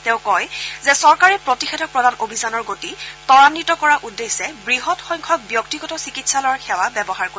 তেওঁ কয় যে চৰকাৰে প্ৰতিযেধক প্ৰদান অভিযানৰ গতি তৰাদ্বিত কৰাৰ উদ্দেশ্যে বৃহৎ সংখ্যক ব্যক্তিগত চিকিৎসালয়ৰ সেৱা ব্যৱহাৰ কৰিব